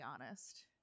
honest